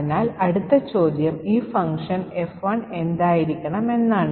അതിനാൽ അടുത്ത ചോദ്യം ഈ ഫംഗ്ഷൻ F1 എന്തായിരിക്കണം എന്നതാണ്